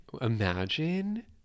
imagine